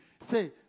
say